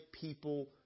people